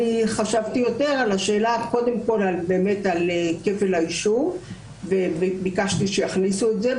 חשבתי יותר על כפל האישום וביקשתי שיכניסו את זה,